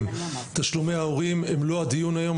תשלומי ההורים הם לא הדיון היום.